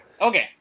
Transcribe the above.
okay